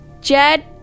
Jed